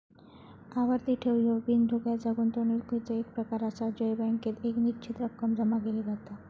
आवर्ती ठेव ह्यो बिनधोक्याच्या गुंतवणुकीचो एक प्रकार आसा जय बँकेत एक निश्चित रक्कम जमा केली जाता